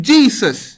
Jesus